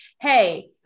Hey